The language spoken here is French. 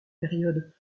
période